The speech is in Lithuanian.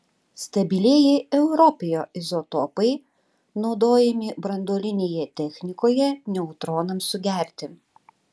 stabilieji europio izotopai naudojami branduolinėje technikoje neutronams sugerti